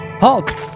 Halt